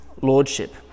lordship